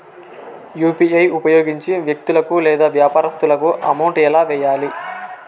UPI ఉపయోగించి వ్యక్తులకు లేదా వ్యాపారస్తులకు అమౌంట్ ఎలా వెయ్యాలి